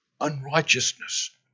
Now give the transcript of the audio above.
unrighteousness